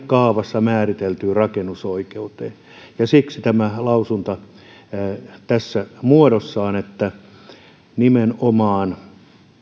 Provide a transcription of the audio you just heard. kaavassa määritellyn rakennusoikeuden edelle ja siksi tämä lausuma tässä muodossaan että nimenomaan